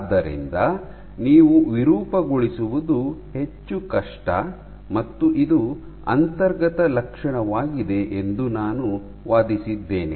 ಆದ್ದರಿಂದ ನೀವು ವಿರೂಪಗೊಳಿಸುವುದು ಹೆಚ್ಚು ಕಷ್ಟ ಮತ್ತು ಇದು ಅಂತರ್ಗತ ಲಕ್ಷಣವಾಗಿದೆ ಎಂದು ನಾನು ವಾದಿಸಿದ್ದೇನೆ